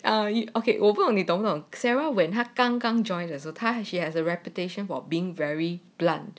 okay 我不懂你懂不懂 sarah when 他刚刚 joined 的时候 she has a reputation for being very blunt